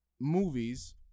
movies